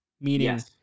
Meaning